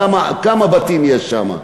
כמה בתים יש שם?